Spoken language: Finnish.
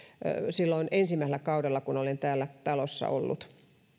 silloin ensimmäisellä kaudella kun olen täällä talossa ollut